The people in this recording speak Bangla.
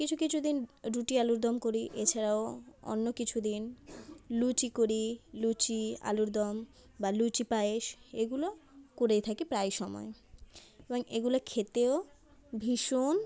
কিছু কিছু দিন রুটি আলুর দম করি এছাড়াও অন্য কিছু দিন লুচি করি লুচি আলুর দম বা লুচি পায়েস এগুলো করেই থাকি প্রায় সময় এবং এগুলো খেতেও ভীষণ